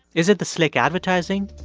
is it the slick advertising,